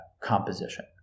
composition